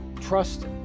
trust